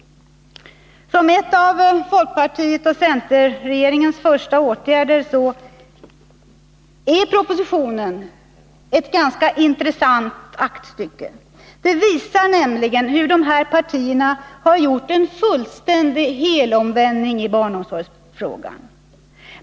Som en av folkpartioch centerregeringe : första åtgärder är propositionen ett ganska intressant aktstycke. Den visar nämligen hur dessa partier har gjort en fullständig helomvändning i barnomsorgsfrågan.